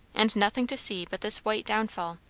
and nothing to see but this white downfall.